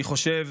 אני חושב